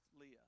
Leah